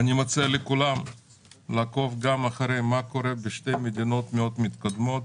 ואני מציע לכולם לעקוב גם אחרי מה קורה בשתי מדינות מאוד מתקדמות,